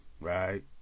right